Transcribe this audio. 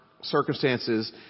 circumstances